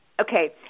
Okay